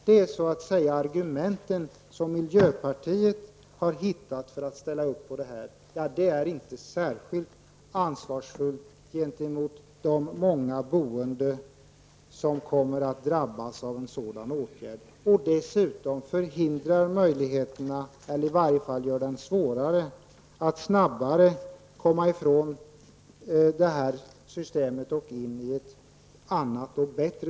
Det argument som miljöpartiet funnit för att ställa upp på detta förslag visar inte någon större känsla av ansvar gentemot de många boende som kommer att drabbas av denna åtgärd, som dessutom gör det svårare att snabbt komma ifrån det nuvarande systemet och in i ett annat och bättre.